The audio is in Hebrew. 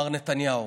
מר נתניהו,